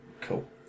Cool